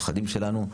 הנכדים שלנו,